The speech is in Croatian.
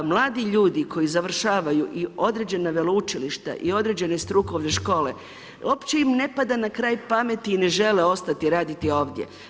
Mladi ljudi koji završavaju i određena veleučilišta i određene strukovne škole, uopće im ne pada na kraj pameti i ne žele ostati raditi ovdje.